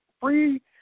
free